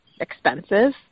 expensive